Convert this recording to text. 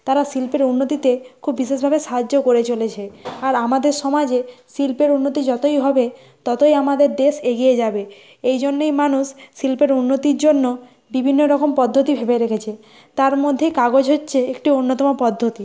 তারা শিল্পের উন্নতিতে খুব বিশেষভাবে সাহায্যও করে চলেছে আর আমাদের সমাজে শিল্পের উন্নতি যতই হবে ততই আমাদের দেশ এগিয়ে যাবে এই জন্যই মানুষ শিল্পের উন্নতির জন্য বিভিন্ন রকম পদ্ধতি ভেবে রেখেছে তার মধ্যেই কাগজ হচ্ছে একটি অন্যতম পদ্ধতি